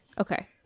Okay